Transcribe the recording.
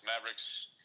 Mavericks